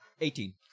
Eighteen